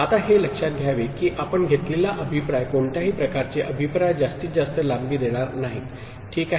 आता हे लक्षात घ्यावे की आपण घेतलेला अभिप्राय कोणत्याही प्रकारचे अभिप्राय जास्तीत जास्त लांबी देणार नाहीत ठीक आहे